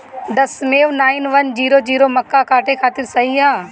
दशमेश nine one zero zero मक्का काटे खातिर सही ह?